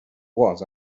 was